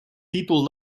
títol